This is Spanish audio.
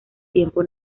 tiempo